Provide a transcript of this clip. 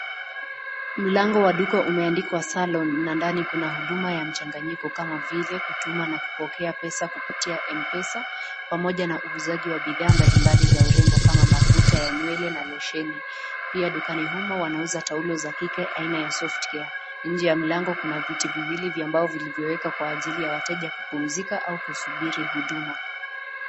Mlango wa duka umeandikwa Salon na ndani kuna huduma ya mchanganyiko kama vile kutuma na kupokea pesa kupitia m-pesa pamoja na uuzaji wa bidhaa mbalimbali za urembo kama mafuta ya nywele na losheni. Pia dukani humo wanauza taulo za kike aina ya Softacre. Nje ya mlango kuna viti viwili vya mbao vilivyowekwa kwa ajili ya wateja kupumzika au kusuburi huduma.